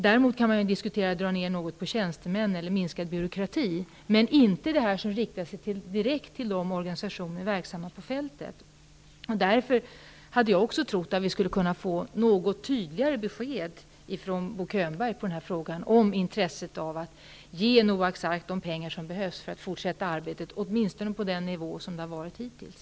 Däremot kan man diskutera att dra ned något på tjänstemännen och minska byråkratin. Men man får inte dra ned på det som riktar sig direkt till de organisationer som är verksamma på fältet. Jag hade också trott att vi skulle få ett tydligare besked från Bo Könberg när det gäller intresset av att ge Noaks Ark de pengar som behövs för att arbetet skall kunna fortsätta, åtminstone på samma nivå som hittills.